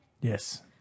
yes